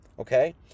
okay